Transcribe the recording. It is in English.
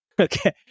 Okay